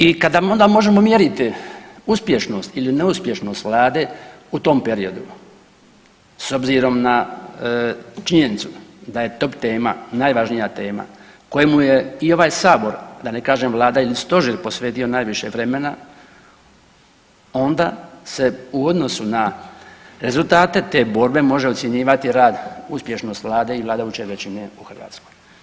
I kada onda možemo mjeriti uspješnost ili neuspješnost Vlade u tom periodu s obzirom na činjenicu da je top tema, najvažnija tema kojemu je i ovaj Sabor, da ne kažem Vlada i stožer posvetio najviše vremena onda se u odnosu na rezultate te borbe može ocjenjivati rad uspješnost Vlade i vladajuće većine u Hrvatskoj.